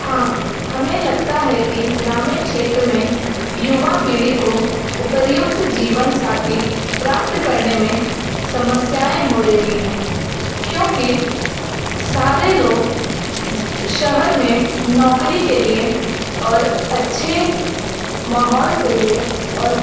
हाँ हमें लगता है कि ग्रामीण क्षेत्र में युवा पीढ़ी को उपर्युक्त जीवनसाथी प्राप्त करने में समस्याएं हो रही है क्योंकि सारे लोग शहर में नौकरी के लिए और अच्छे माहौल के लिए और